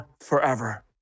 forever